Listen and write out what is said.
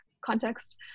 context